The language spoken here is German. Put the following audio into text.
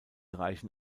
reichen